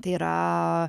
tai yra